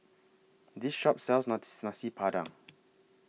This Shop sells Nasi Padang